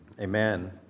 Amen